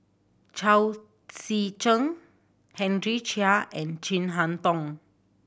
Chao Tzee Cheng Henry Chia and Chin Harn Tong